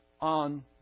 on